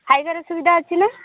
ଖାଇବାର ସୁବିଧା ଅଛି ନା